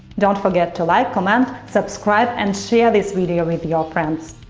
don't forget to like, comment, subscribe and share this video with your friends!